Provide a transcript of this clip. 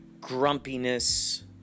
grumpiness